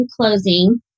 closing